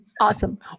Awesome